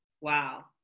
wow